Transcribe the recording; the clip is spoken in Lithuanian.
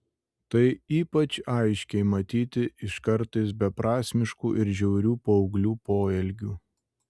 tai ypač aiškiai matyti iš kartais beprasmiškų ir žiaurių paauglių poelgių